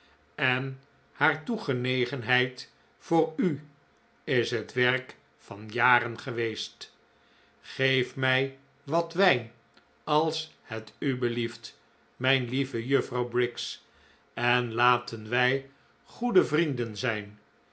en haar toegenegenheid voor u is het werk van jaren geweest geef mij wat wijn als het u belieft mijn lieve juffrouw briggs en laten wij goede vrienden zijn